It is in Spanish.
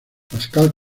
pascal